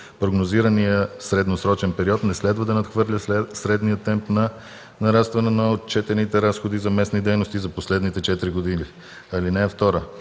прогнозирания средносрочен период не следва да надхвърля средния темп на нарастване на отчетените разходи за местни дейности за последните четири години.